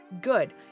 good